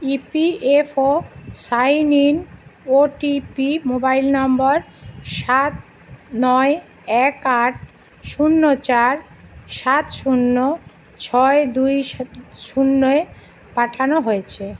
EPFO sign in OTP mobile number সাত নয় এক আট শূন্য চার সাত শূন্য ছয় দুই সাত শূন্য এ পাঠানো হয়েছে